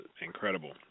incredible